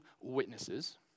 witnesses